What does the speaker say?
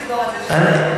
נסגור את זה שם.